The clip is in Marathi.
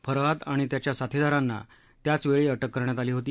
फरहात आणि त्याच्या साथीदारांना त्याचवेळी अटक करण्यात आली होती